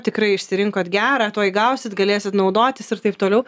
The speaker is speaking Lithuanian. tikrai išsirinkot gerą tuoj gausit galėsit naudotis ir taip toliau